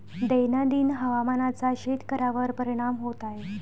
दैनंदिन हवामानाचा शेतकऱ्यांवर परिणाम होत आहे